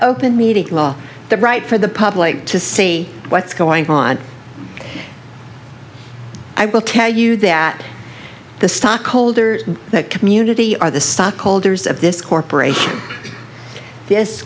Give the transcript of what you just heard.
open meeting the right for the public to say what's going on i will tell you that the stockholders that community are the stockholders of this corporation this